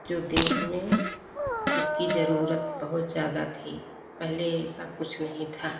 जो देश में इसकी जरूरत बहुत ज़्यादा थी पहले ऐसा कुछ नहीं था